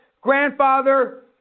grandfather